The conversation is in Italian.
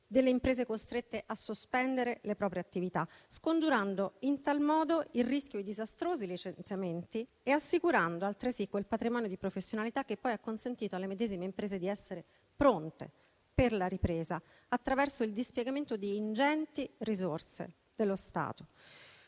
delle imprese costrette a sospendere le proprie attività, scongiurando in tal modo il rischio di disastrosi licenziamenti e assicurando, altresì, quel patrimonio di professionalità che poi ha consentito, alle medesime imprese, di essere pronte per la ripresa, attraverso il dispiegamento di ingenti risorse dello Stato.